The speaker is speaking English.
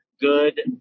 Good